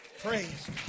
praise